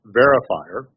verifier